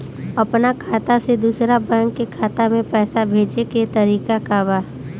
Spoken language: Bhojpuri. अपना खाता से दूसरा बैंक के खाता में पैसा भेजे के तरीका का बा?